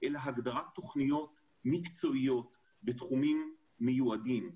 אלא הגדרת תוכניות מקצועיות בתחומים מיועדים.